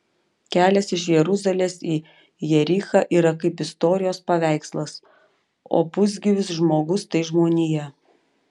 kelias iš jeruzalės į jerichą yra kaip istorijos paveikslas o pusgyvis žmogus tai žmonija